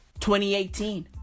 2018